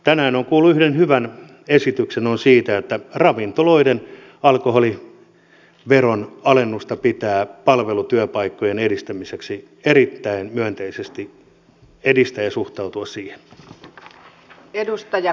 tänään olen kuullut yhden hyvän esityksen siitä että ravintoloiden alkoholiveron alennusta pitää palvelutyöpaikkojen edistämiseksi erittäin myönteisesti edistää ja siihen suhtautua